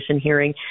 hearing